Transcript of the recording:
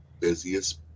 busiest